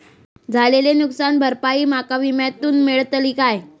झालेली नुकसान भरपाई माका विम्यातून मेळतली काय?